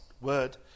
word